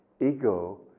ego